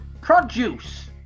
produce